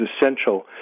essential